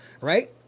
Right